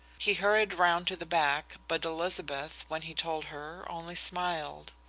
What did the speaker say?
he hurried round to the back, but elizabeth, when he told her, only smiled.